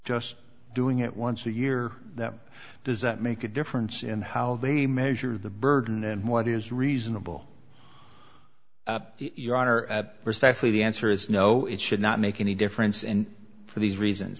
just doing it once a year that does that make a difference in how they measure the burden and what is reasonable your honor respectfully the answer is no it should not make any difference and for these reasons